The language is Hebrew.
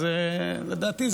אז לדעתי,